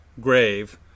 grave